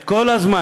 את כל הזמן,